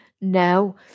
no